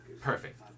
Perfect